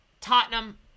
Tottenham